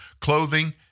clothing